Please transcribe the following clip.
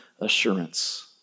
assurance